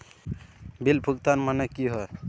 Bill भुगतान माने की होय?